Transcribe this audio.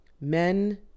Men